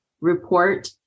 report